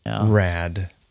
rad